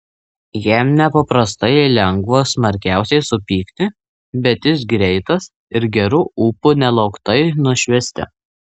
jam nepaprastai lengva smarkiausiai supykti bet jis greitas ir geru ūpu nelauktai nušvisti